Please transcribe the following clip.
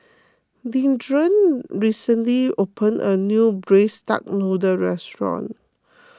Leandra recently opened a new Braised Duck Noodle restaurant